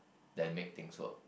than make things work